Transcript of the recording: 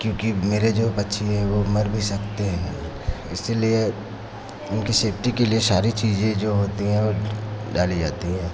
क्योंकि मेंरे जो पक्षी है वो मर भी सकते हैं इसीलिए उनकी सेफ्टी के लिए सारी चीज्जोजें होती हैं ओइट डाली जाती है